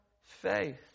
faith